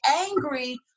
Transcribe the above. angry